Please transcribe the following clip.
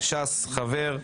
ש"ס חבר,